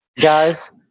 Guys